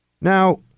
Now